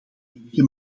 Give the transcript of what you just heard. enige